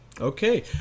Okay